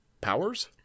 powers